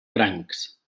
francs